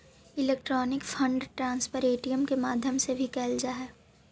electronic fund transfer ATM के माध्यम से भी कैल जा सकऽ हइ